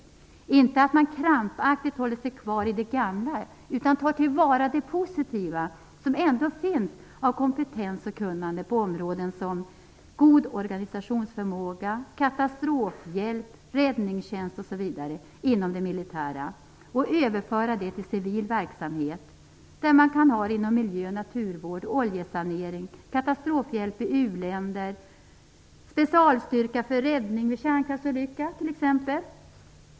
Man skall inte krampaktigt hålla sig kvar i det gamla, utan ta till vara det positiva som ändå finns av kompetens och kunnande på området, som god organisationsförmåga, katastrofhjälp, räddningstjänst osv. inom det militära och överföra det till civil verksamhet. Där kan man ha det inom t.ex. miljö, naturvård och oljesanering, katastrofhjälp till u-länder, specialstyrka för räddning vid kärnkraftsolycka. Fru talman!